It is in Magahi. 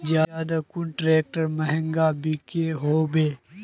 ज्यादा कुन ट्रैक्टर महंगा बिको होबे?